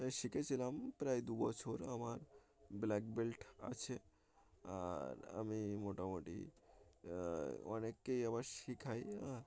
শিখেছিলাম প্রায় দুবছর আমার ব্ল্যাক বেল্ট আছে আর আমি মোটামুটি অনেককেই আবার শেখাই